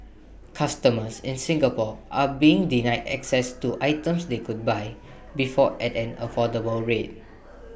customers in Singapore are being denied access to items they could buy before at an affordable rate